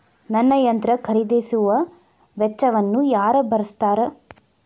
ನನ್ನ ಯಂತ್ರ ಖರೇದಿಸುವ ವೆಚ್ಚವನ್ನು ಯಾರ ಭರ್ಸತಾರ್?